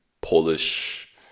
Polish